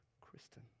Kristen